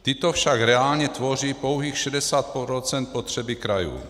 Tyto však reálně tvoří pouhých 60 % potřeby krajů.